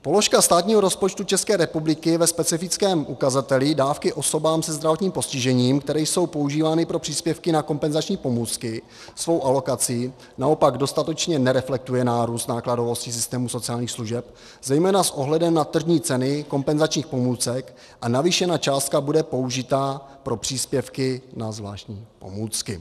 Položka státního rozpočtu České republiky ve specifickém ukazateli dávky osobám se zdravotním postižením, které jsou používány pro příspěvky na kompenzační pomůcky, svou alokací naopak dostatečně nereflektuje nárůst nákladovosti systému sociálních služeb, zejména s ohledem na tržní ceny kompenzačních pomůcek, a navýšená částka bude použita na příspěvky na zvláštní pomůcky.